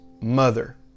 mother